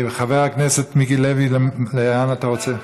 חבר הכנסת מיקי לוי, לאן אתה רוצה?